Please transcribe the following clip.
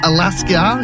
Alaska